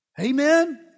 Amen